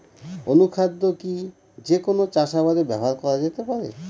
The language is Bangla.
অনুখাদ্য কি যে কোন চাষাবাদে ব্যবহার করা যেতে পারে?